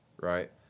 right